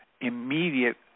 immediate